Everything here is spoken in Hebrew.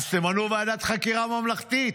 אז תמנו ועדת חקירה ממלכתית.